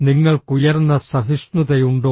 നിങ്ങൾക്ക് ഉയർന്ന സഹിഷ്ണുതയുണ്ടോ